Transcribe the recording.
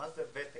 מה זה ותק?